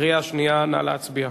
קריאה שנייה, נא להצביע.